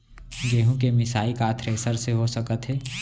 गेहूँ के मिसाई का थ्रेसर से हो सकत हे?